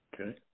Okay